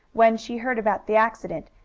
when she heard about the accident,